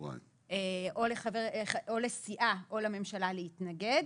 שבועיים או לסיעה או לממשלה להתנגד,